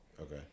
Okay